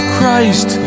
Christ